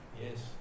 Yes